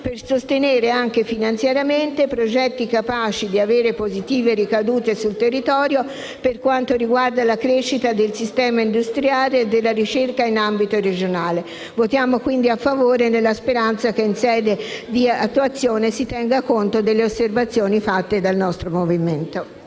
per sostenere anche finanziariamente progetti capaci di avere positive ricadute sul territorio per quanto riguarda la crescita del sistema industriale e della ricerca in ambito regionale. Votiamo, quindi, a favore, nella speranza che, in sede di attuazione, si tenga conto delle osservazioni fatte dal nostro Movimento.